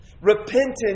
Repentance